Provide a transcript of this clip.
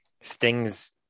Sting's